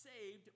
saved